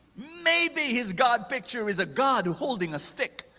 maybe his god picture is a god holding a stick,